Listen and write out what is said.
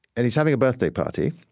and he's having a birthday party,